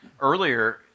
earlier